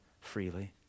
freely